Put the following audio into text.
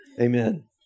Amen